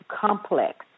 complex